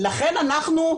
לכן אנחנו,